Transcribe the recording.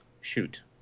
Shoot